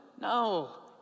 No